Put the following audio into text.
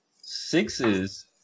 sixes